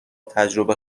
تجربه